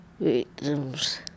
victims